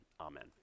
Amen